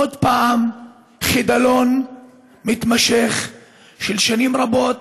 עוד פעם חידלון מתמשך של שנים רבות